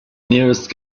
nearest